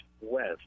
West